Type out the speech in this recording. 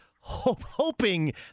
hoping